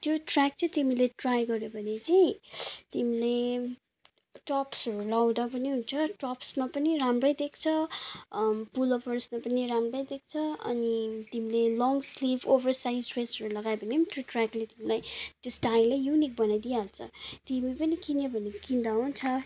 त्यो ट्र्याक चाहिँ तिमीले ट्राई गऱ्यो भने चाहिँ तिमीले टप्सहरू लौदा पनि हुन्छ टप्समा पनि राम्रै देख्छ पुलोबर्समा पनि राम्रै देख्छ अनि तिमीले लङ स्लिप ओभर साइज ड्रेसहरू लगायो भने पनि त्यो ट्रयाकले तिमीलाई त्यो स्टाइलै युनिक बनाइदिइहाल्छ तिमी पनि किन्यो भने किन्दा हुन्छ